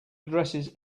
addresses